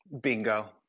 Bingo